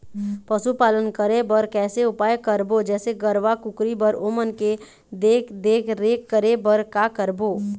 पशुपालन करें बर कैसे उपाय करबो, जैसे गरवा, कुकरी बर ओमन के देख देख रेख करें बर का करबो?